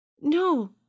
No